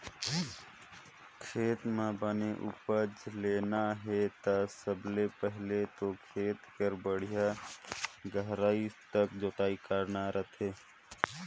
खेत म बने उपज लेना हे ता सबले पहिले तो खेत के बड़िहा गहराई तक जोतई करना रहिथे